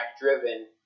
driven